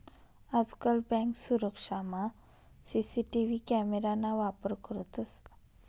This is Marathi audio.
आजकाल बँक सुरक्षामा सी.सी.टी.वी कॅमेरा ना वापर करतंस